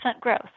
growth